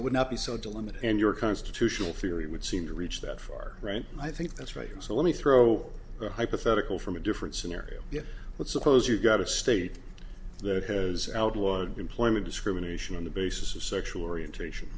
it would not be so delimit and your constitutional theory would seem to reach that far right i think that's right so let me throw a hypothetical from a different scenario but suppose you got a state that has outlawed employment discrimination on the basis of sexual orientation